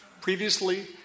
Previously